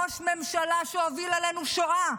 ראש ממשלה שהוביל אלינו שואה.